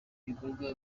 bikorwa